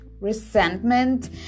resentment